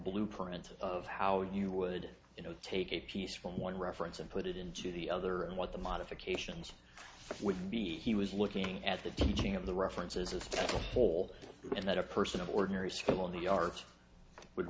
blueprint of how you would you know take a piece from one reference and put it into the other and what the modifications would be he was looking at the teaching of the references of the whole and that a person of ordinary skill of the arts would